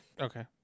Okay